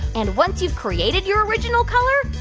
and once you've created your original color,